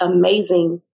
amazing